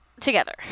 together